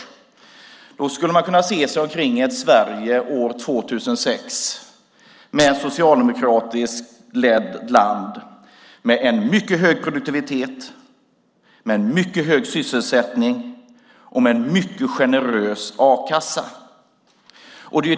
Om man gjorde det skulle man kunna se tillbaka på Sverige år 2006, ett socialdemokratiskt lett land med mycket hög produktivitet, mycket hög sysselsättning och en mycket generös a-kassa.